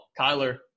Kyler